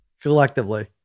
collectively